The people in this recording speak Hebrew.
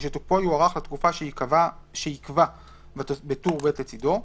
ושתוקפו יוארך לתקופה שייקבע בטור ב' לצדו,